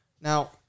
Now